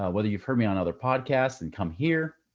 ah whether you've heard me on other podcasts and come here,